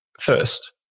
first